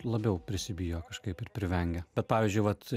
labiau prisibijo kažkaip ir privengia bet pavyzdžiui vat